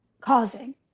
causing